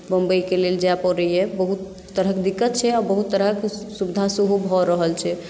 मुम्बईके लेल जाय पड़ैए बहुत तरहके दिक्कत छै आओर बहुत तरहके सुविधा सेहो भऽ रहल छै